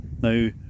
Now